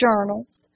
journals